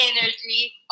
energy